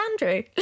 Andrew